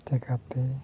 ᱞᱮᱠᱟᱛᱮ